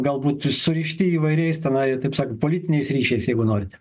galbūt surišti įvairiais tenai taip sakant politiniais ryšiais jeigu norite